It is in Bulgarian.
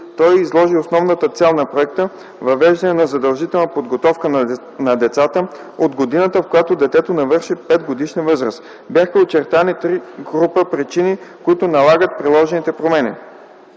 Той изложи основната цел на проекта: въвеждане на задължителна подготовка на децата от годината, в която детето навършва 5-годишна възраст. Бяха очертани три групи причини, които налагат предложените промени: